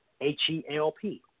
H-E-L-P